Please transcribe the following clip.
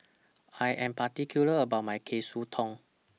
I Am particular about My Katsudon